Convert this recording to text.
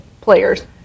players